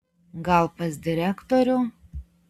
gal pas direktorių